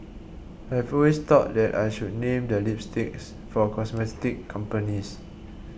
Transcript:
I've always thought that I should name the lipsticks for cosmetic companies